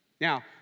Now